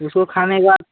उसको खाने के बाद